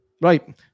Right